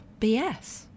BS